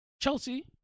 Chelsea